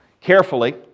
carefully